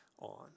on